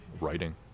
writing